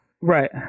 right